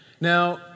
Now